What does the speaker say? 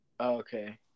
okay